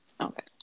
Okay